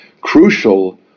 crucial